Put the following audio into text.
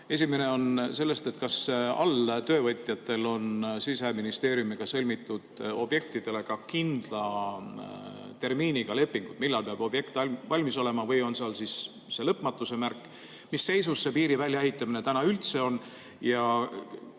Esimene on see, et kas alltöövõtjatel on Siseministeeriumiga sõlmitud objektidele kindla tärminiga lepingud, millal peab objekt valmis olema, või on seal see lõpmatuse märk. Mis seisus see piiri väljaehitamine täna üldse on?